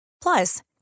Plus